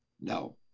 No